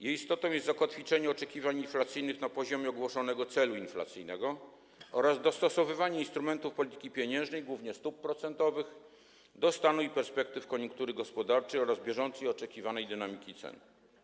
Jej istotą jest zakotwiczenie oczekiwań inflacyjnych na poziomie ogłoszonego celu inflacyjnego oraz dostosowywanie instrumentów polityki pieniężnej, głównie stóp procentowych, do stanu i perspektyw koniunktury gospodarczej oraz bieżącej i oczekiwanej dynamiki cen.